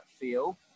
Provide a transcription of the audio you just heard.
feel